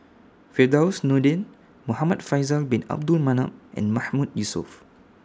Firdaus Nordin Muhamad Faisal Bin Abdul Manap and Mahmood Yusof